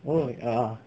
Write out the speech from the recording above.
oh err